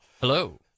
Hello